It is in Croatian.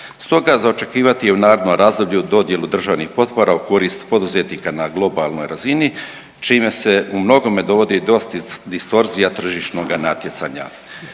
Stoga za očekivati je u narednom razdoblju dodjelu državnih potpora u korist poduzetnika na globalnoj razini, čine se u mnogome dovodi do distorzija tržišnoga natjecanja.